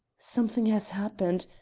something has happened,